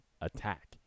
attack